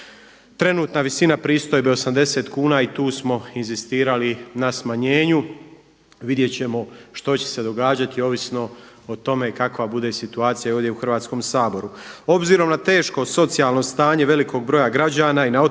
Trenutna visina pristojbe 80 kuna i tu smo inzistirali na smanjenju. Vidjet ćemo što će se događati ovisno o tome kakva bude situacija ovdje u Hrvatskom saboru.